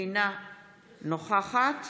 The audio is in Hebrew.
אינה נוכחת